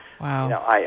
Wow